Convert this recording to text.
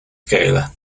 skele